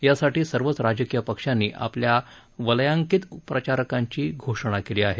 यासाठी सर्वच राजकीय पक्षांनी आपल्या वलायांकीत प्रचारकांची घोषणा केली आहे